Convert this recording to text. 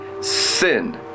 sin